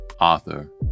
Author